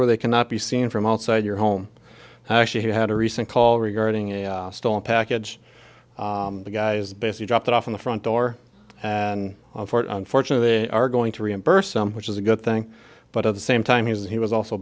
where they cannot be seen from outside your home i actually had a recent call regarding a stolen package and the guys basically dropped it off in the front door and unfortunately they are going to reimburse him which is a good thing but at the same time he was